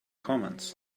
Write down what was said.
commands